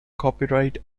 copyright